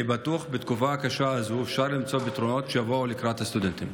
אני בטוח שבתקופה הקשה הזאת אפשר למצוא פתרונות שיבואו לקראת הסטודנטים.